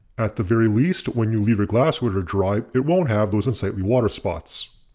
at the very least when you leave glassware to dry it won't have those unsightly water spots.